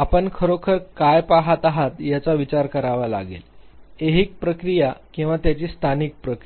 आपण खरोखर काय पहात आहात याचा विचार करावा लागेल ऐहिक प्रक्रिया किंवा त्यांची स्थानिक प्रक्रिया